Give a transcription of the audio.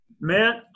Matt